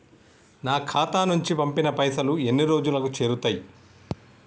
నా ఖాతా నుంచి పంపిన పైసలు ఎన్ని రోజులకు చేరుతయ్?